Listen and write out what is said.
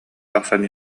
тахсан